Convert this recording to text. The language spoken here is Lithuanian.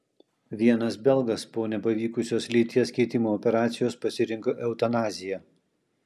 vienas belgas po nepavykusios lyties keitimo operacijos pasirinko eutanaziją